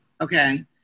Okay